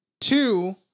Two